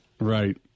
Right